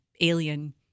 alien